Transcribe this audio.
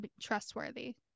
trustworthy